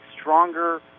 stronger